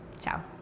Ciao